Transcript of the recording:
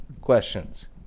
questions